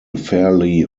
fairly